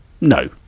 No